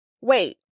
Wait